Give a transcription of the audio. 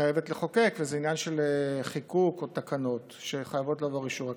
חייבת לחוקק וזה עניין של חיקוק או של תקנות שחייבות לעבור אישור הכנסת.